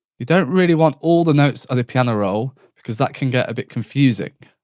you don't really want all the notes on the piano roll, because that can get a bit confusing.